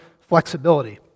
flexibility